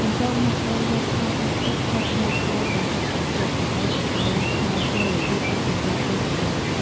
បន្ទាប់មក ត្រូវយកថង់ប្លាស្ទិកគ្របមាត់កែវប្រហុកឱ្យជិតដើម្បីកុំឱ្យខ្យល់ចូល រួចបិទគម្របវិញឱ្យណែន។